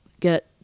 get